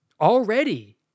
already